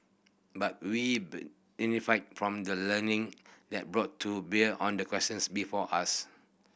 but we from the learning that brought to bear on the questions before us